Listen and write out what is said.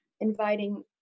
inviting